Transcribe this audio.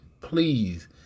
please